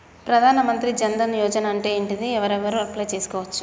ప్రధాన మంత్రి జన్ ధన్ యోజన అంటే ఏంటిది? ఎవరెవరు అప్లయ్ చేస్కోవచ్చు?